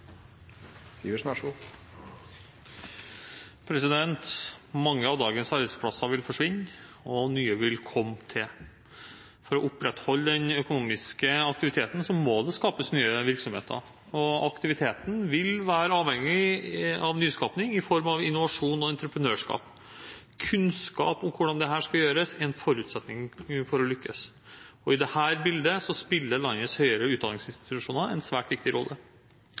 Mange av dagens arbeidsplasser vil forsvinne, og nye vil komme til. For å opprettholde den økonomiske aktiviteten må det skapes nye virksomheter, og aktiviteten vil være avhengig av nyskaping i form av innovasjon og entreprenørskap. Kunnskap om hvordan dette skal gjøres, er en forutsetning for å lykkes. I dette bildet spiller landets høyere utdanningsinstitusjoner en svært viktig rolle.